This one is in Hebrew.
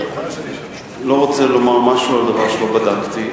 אני לא רוצה לומר משהו על דבר שלא בדקתי.